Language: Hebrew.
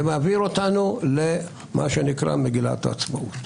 שמעביר אותנו למגילת העצמאות.